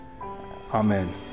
Amen